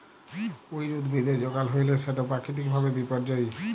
weed উদ্ভিদের যগাল হ্যইলে সেট পাকিতিক ভাবে বিপর্যয়ী